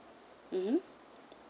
mmhmm